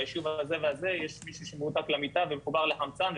ביישוב הזה והזה יש מישהו שמרותק למיטה ומחובר לחמצן,